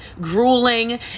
grueling